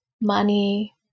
money